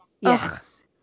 Yes